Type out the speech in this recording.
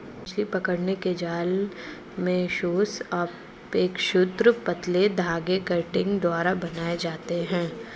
मछली पकड़ने के जाल मेशेस अपेक्षाकृत पतले धागे कंटिंग द्वारा बनाये जाते है